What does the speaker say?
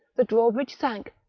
the drawbridge sank,